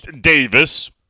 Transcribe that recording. Davis